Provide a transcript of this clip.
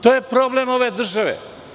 To je problem ove države.